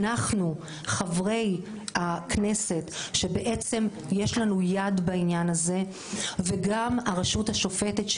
אנחנו חברי הכנסת שבעצם יש לנו יד בעניין הזה וגם הרשות השופטת,